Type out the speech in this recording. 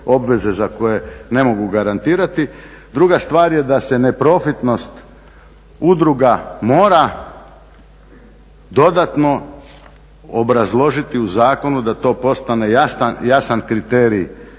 obveze za koje ne mogu garantirati. Druga stvar je da se neprofitnost udruga mora dodatno obrazložiti u zakonu da to postane jasan kriterij